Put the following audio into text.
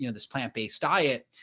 you know this plant based diet,